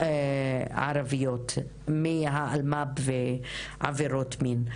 ערביות מאלמ"ב ומעבירות המין.